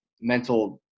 mental